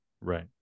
Right